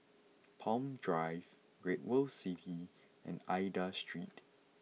Palm Drive Great World City and Aida Street